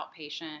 outpatient